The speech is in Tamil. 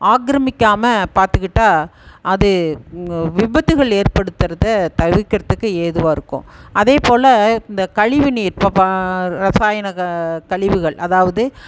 ஆக்கிரமிக்காமல் பார்த்துக்கிட்டா அது விபத்துகள் ஏற்படுத்துவத தவிர்க்கிறதுக்கு ஏதுவாகருக்கும் அதே போல் இந்த கழிவு நீர் இப்போ ப இரசாயன க கழிவுகள் அதாவது